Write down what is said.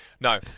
No